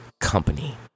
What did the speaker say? company